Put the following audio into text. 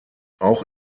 auch